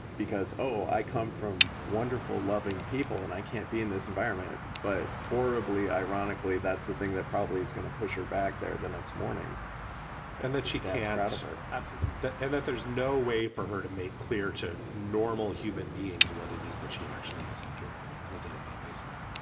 because, oh, i come from wonderful, loving people and i can't be in this environment. but horribly ironically, that's the thing that probably is going to push her back there the next morning yeah and then she can offer absolute that and that there's no way for her to make clear to normal human beings what it is that she actually is enduring on day to day basis